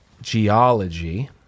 geology